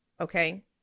Okay